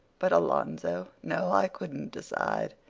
but alonzo! no, i couldn't decide.